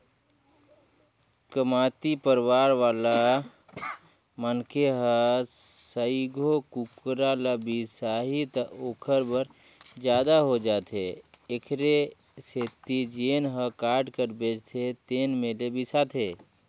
कमती परवार वाला मनखे ह सइघो कुकरा ल बिसाही त ओखर बर जादा हो जाथे एखरे सेती जेन ह काट कर बेचथे तेन में ले बिसाथे